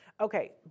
Okay